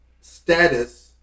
status